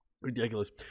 ridiculous